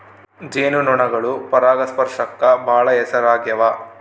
ಜೇನು ನೊಣಗಳು ಪರಾಗಸ್ಪರ್ಶಕ್ಕ ಬಾಳ ಹೆಸರಾಗ್ಯವ